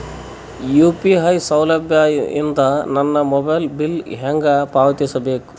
UPI ಸೌಲಭ್ಯ ಇಂದ ನನ್ನ ಮೊಬೈಲ್ ಬಿಲ್ ಹೆಂಗ್ ಪಾವತಿಸ ಬೇಕು?